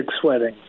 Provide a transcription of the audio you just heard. sweating